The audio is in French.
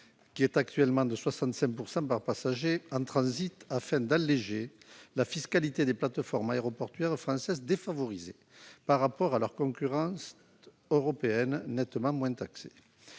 qui est actuellement de 65 % par passager en transit, afin d'alléger la fiscalité des plateformes aéroportuaires françaises défavorisées par rapport à leurs concurrentes européennes nettement moins taxées.